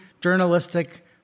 journalistic